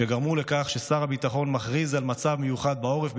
שגרמה לכך ששר הביטחון מכריז על מצב מיוחד בעורף,